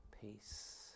peace